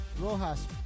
Rojas